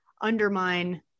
undermine